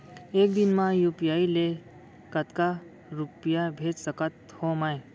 एक दिन म यू.पी.आई से कतना रुपिया भेज सकत हो मैं?